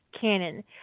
canon